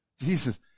Jesus